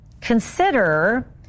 Consider